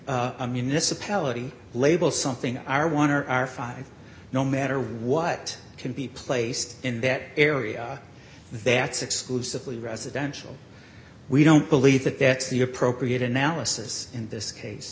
a municipality label something i want to or are five no matter what can be placed in that area that's exclusively residential we don't believe that that's the appropriate analysis in this case